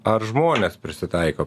ar žmonės prisitaiko